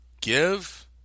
give